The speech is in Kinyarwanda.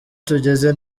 tugeze